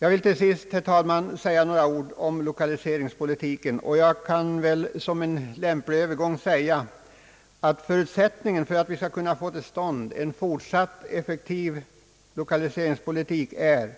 Jag vill till sist, herr talman, säga några ord om lokaliseringspolitiken och kan som en lämplig övergång börja med att nämna, att förutsättningen för att vi skall kunna få till stånd en fortsatt effektiv lokaliseringspolitik är